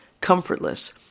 comfortless